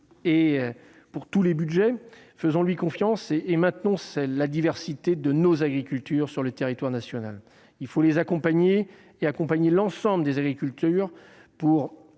et pour tous les budgets. Faisons-lui confiance et maintenons la diversité de nos agricultures sur le territoire national. Il faut accompagner l'ensemble des agricultures pour